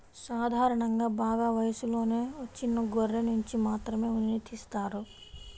సాధారణంగా బాగా వయసులోకి వచ్చిన గొర్రెనుంచి మాత్రమే ఉన్నిని తీస్తారు